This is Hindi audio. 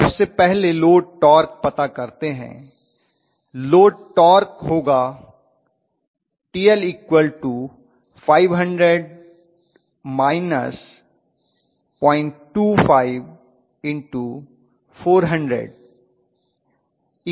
सब से पहले लोड टार्क पता करते हैं लोड टार्क होगा TL 500−025400 400Nm